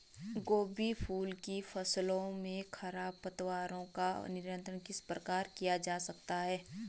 गोभी फूल की फसलों में खरपतवारों का नियंत्रण किस प्रकार किया जा सकता है?